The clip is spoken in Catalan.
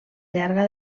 llarga